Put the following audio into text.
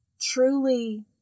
truly